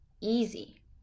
easy